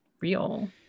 real